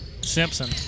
Simpson